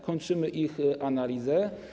Kończymy ich analizę.